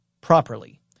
properly